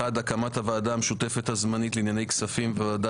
הקמת הוועדה המשותפת הזמנית לענייני כספים והוועדה